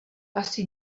asi